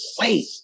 Wait